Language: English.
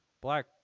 Black